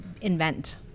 invent